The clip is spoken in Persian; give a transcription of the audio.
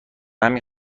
همین